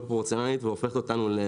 ומקשה על החברות בהגעה לשלב הבא.